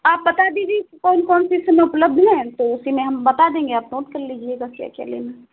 आप बता दीजिए कौन कौन सी स्लिप लगी हैं तो उसी में हम बता देंगे आप नोट कर लीजिएगा क्या क्या लेना है